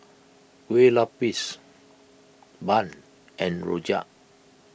Kue Lupis Bun and Rojak